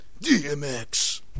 DMX